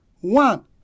One